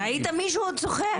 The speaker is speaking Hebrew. רצית מישהו צוחק?